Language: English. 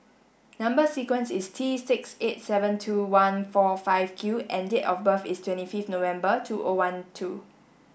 number sequence is T six eight seven two one four five Q and date of birth is twenty fifth November two O one two